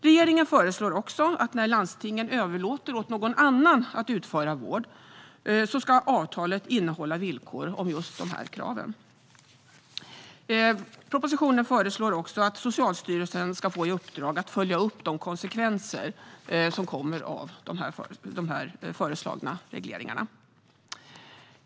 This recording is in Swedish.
Regeringen föreslår också att när landstingen överlåter åt någon annan att utföra vård ska avtalet innehålla villkor om just de kraven. I propositionen föreslås också att Socialstyrelsen ska få i uppdrag att följa upp de konsekvenser som kommer av de föreslagna regleringarna.